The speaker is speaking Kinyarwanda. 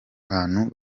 bantu